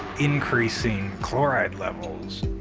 increasing chloride levels.